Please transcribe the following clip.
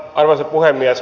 arvoisa puhemies